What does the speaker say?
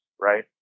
right